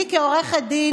כעורכת דין,